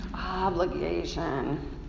Obligation